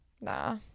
Nah